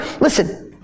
listen